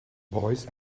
boys